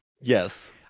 Yes